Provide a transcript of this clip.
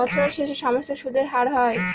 বছরের শেষে সমস্ত সুদের হার হয়